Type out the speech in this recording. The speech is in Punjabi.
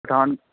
ਪਠਾਨ